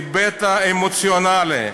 ההיבט האמוציונלי.